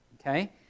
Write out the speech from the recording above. Okay